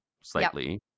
slightly